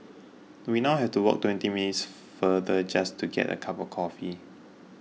we now have to walk twenty minutes farther just to get a cup of coffee